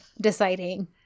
deciding